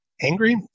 angry